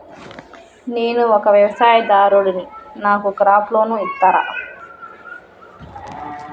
నేను ఒక వ్యవసాయదారుడిని నాకు క్రాప్ లోన్ ఇస్తారా?